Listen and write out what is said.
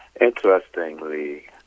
Interestingly